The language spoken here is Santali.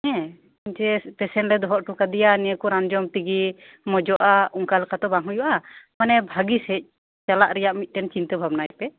ᱦᱮᱸ ᱡᱮ ᱯᱮᱥᱮᱱᱴ ᱞᱮ ᱫᱚᱦᱚ ᱳᱴᱚᱠᱟᱫᱮᱭᱟ ᱱᱤᱭᱟᱹ ᱠᱚ ᱨᱟᱱ ᱡᱚᱢ ᱛᱮᱜᱮ ᱢᱚᱸᱡᱽᱜᱼᱟ ᱚᱱᱠᱟ ᱞᱮᱠᱟᱛᱚ ᱵᱟᱝ ᱦᱩᱭᱩᱜᱼᱟ ᱢᱟᱱᱮ ᱵᱷᱟᱜᱤ ᱥᱮᱫ ᱪᱟᱞᱟᱜ ᱨᱮᱭᱟᱜ ᱪᱤᱱᱛᱟᱹ ᱵᱷᱟᱵᱱᱟᱭᱯᱮ